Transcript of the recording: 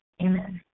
Amen